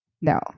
No